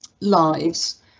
lives